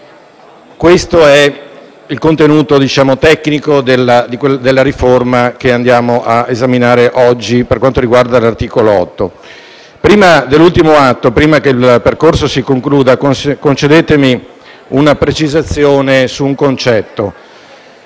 Questo è il contenuto tecnico della riforma che andiamo a esaminare oggi, per quanto riguarda l'articolo 8. Prima dell'ultimo atto, nel quale il percorso si concluderà, concedetemi una precisazione sul concetto